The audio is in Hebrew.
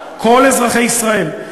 כל אזרחי ישראל.